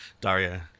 Daria